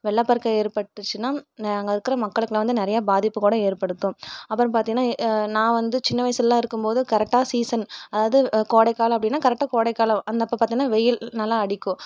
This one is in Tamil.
வெள்ளப்பெருக்கு ஏற்பட்டுச்சின்னால் அங்கே இருக்கிற மக்களுக்கெல்லாம் வந்து நிறையா பாதிப்பு கூட ஏற்படுத்தும் அப்புறம் பார்த்திங்கன்னா நான் வந்து சின்ன வயசிலலாம் இருக்கும் போது கரெக்டாக சீசன் அதாவது கோடைகாலம் அப்படின்னா கரெக்டாக கோடைகாலம் அந்த அப்போ பார்த்திங்கன்னா வெயில் நல்லா அடிக்கும்